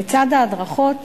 לצד ההדרכות